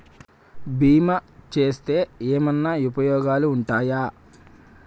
బీమా చేస్తే ఏమన్నా ఉపయోగాలు ఉంటయా?